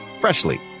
freshly